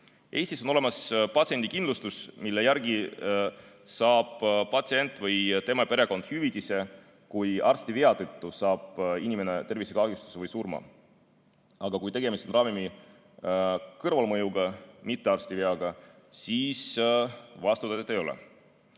Eestis on olemas patsiendikindlustus, mille järgi saab patsient või tema perekond hüvitise, kui arsti vea tõttu saab inimene tervisekahjustuse või sureb. Aga kui tegemist on ravimi kõrvalmõjuga, mitte arsti veaga, siis vastutust ei ole.